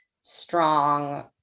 strong